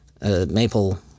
Maple